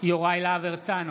יוראי להב הרצנו,